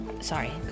Sorry